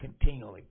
continually